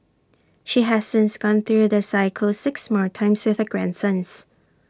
she has since gone through the cycle six more times with her grandsons